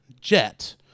Jet